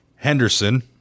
Henderson